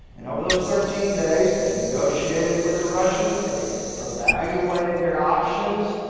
and over those thirteen days they negotiated with the russians, they evaluated their options,